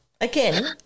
Again